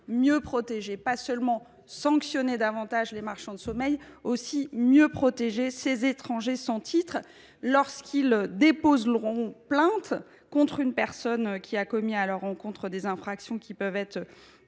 ne faut pas seulement sanctionner davantage les marchands de sommeil, mais aussi mieux protéger ces étrangers sans titre s’ils déposent plainte contre une personne ayant commis à leur encontre des infractions assimilables à